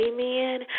Amen